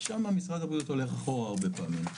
שם משרד הבריאות הולך אחורה הרבה פעמים.